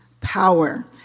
power